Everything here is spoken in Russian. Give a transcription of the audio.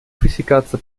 пресекаться